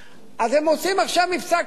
אז הם עושים עכשיו מבצע קטן,